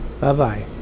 Bye-bye